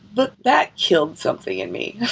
but that killed something in me.